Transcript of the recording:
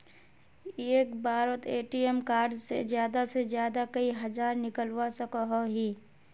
एक बारोत ATM card से ज्यादा से ज्यादा कई हजार निकलवा सकोहो ही?